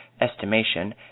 estimation